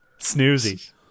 Snoozy